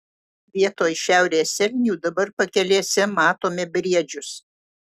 vietoj šiaurės elnių dabar pakelėse matome briedžius